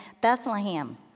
Bethlehem